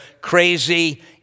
crazy